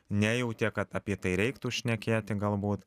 nejautė kad apie tai reiktų šnekėti galbūt